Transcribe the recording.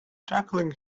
jacqueline